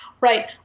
Right